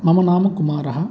मम नाम कुमारः